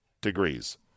degrees